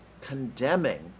condemning